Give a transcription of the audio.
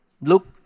Look